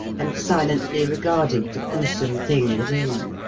and silently regarded the gruesome thing within.